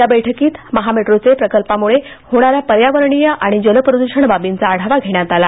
या बैठकीत महामेट्रो प्रकल्पामुळे होणाऱ्या पर्यावरणीय आणि जलप्रद्षण बाबींचा आढावा घेण्यात आला